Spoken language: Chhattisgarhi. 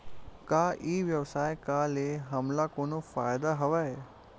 का ई व्यवसाय का ले हमला कोनो फ़ायदा हवय?